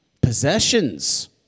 possessions